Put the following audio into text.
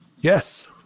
Yes